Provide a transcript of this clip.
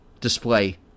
display